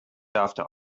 after